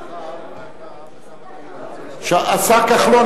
השר כחלון